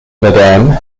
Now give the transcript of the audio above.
madam